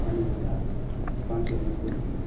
अनि एउटा पाँच सय एमएलकै फेन्टा